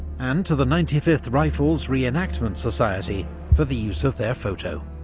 and to the ninety fifth rifles re-enactment society for the use of their photo.